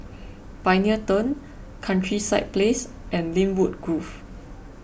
Pioneer Turn Countryside Place and Lynwood Grove